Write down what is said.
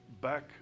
back